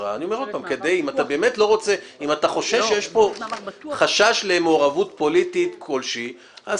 אתה חושש שיש פה מעורבות פוליטית כלשהי אז